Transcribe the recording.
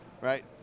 right